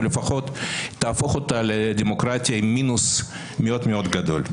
או לפחות תהפוך אותה לדמוקרטיה עם מינוס מאוד מאוד גדול.